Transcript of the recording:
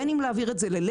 בין אם להעביר את זה ללקט,